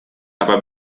aber